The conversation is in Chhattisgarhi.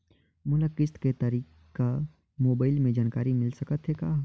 मोला किस्त के तारिक मोबाइल मे जानकारी मिल सकथे का?